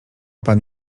pan